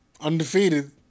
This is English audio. Undefeated